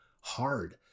hard